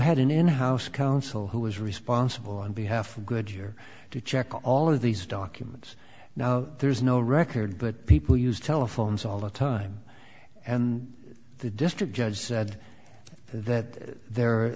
had an in house counsel who was responsible on behalf of goodyear to check all of these documents now there's no record that people use telephones all the time and the district judge said that there